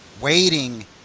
waiting